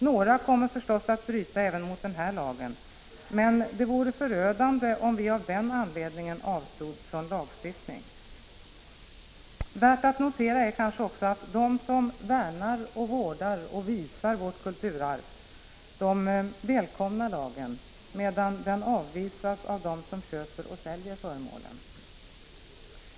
Några kommer förstås att bryta även mot den här lagen, men det vore förödande om vi av den anledningen avstod från lagstiftning. Värt att notera är kanske också att de som värnar, vårdar och visar våra kulturskatter välkomnar lagen, medan den avvisas av dem som köper och säljer föremålen.